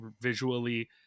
visually